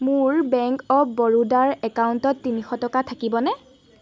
মোৰ bank of বৰোদাৰ একাউণ্টত তিনিশ টকা থাকিবনে